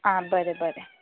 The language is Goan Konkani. आ बरें बरें